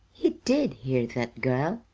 he did hear that girl.